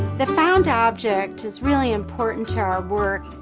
the found object is really important to our work.